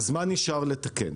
אז מה נשאר לתקן?